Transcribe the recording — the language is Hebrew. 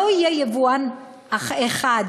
לא יהיה יבואן אחד,